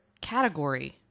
category